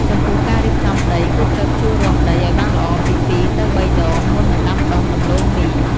ចំពោះការរៀបចំដី គឺត្រូវភ្ជួររាស់ដីឱ្យបានល្អពី ២ ទៅ ៣ ដង មុននឹងដាំដុះដំឡូងមី។